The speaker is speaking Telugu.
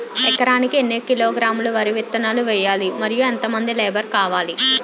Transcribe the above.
ఎకరానికి ఎన్ని కిలోగ్రాములు వరి విత్తనాలు వేయాలి? మరియు ఎంత మంది లేబర్ కావాలి?